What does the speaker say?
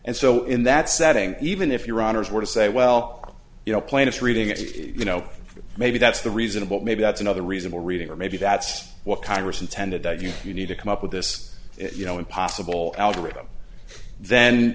and so in that setting even if your honors were to say well you know plaintiff's reading it you know maybe that's the reasonable maybe that's another reason we're reading or maybe that's what congress intended at you you need to come up with this you know impossible algorithm then